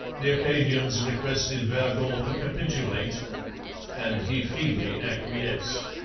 the acadians requested vergor to capitulate and he feebly acquiesced.